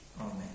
Amen